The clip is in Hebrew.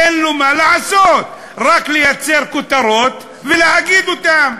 אין לו מה לעשות, רק לייצר כותרות ולהגיד אותן.